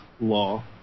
law